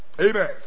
Amen